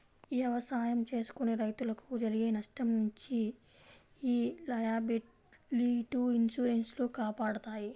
ఎవసాయం చేసుకునే రైతులకు జరిగే నష్టం నుంచి యీ లయబిలిటీ ఇన్సూరెన్స్ లు కాపాడతాయి